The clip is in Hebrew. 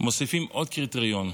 מוסיפים עוד קריטריון,